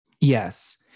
Yes